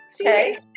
Okay